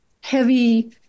heavy